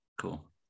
cool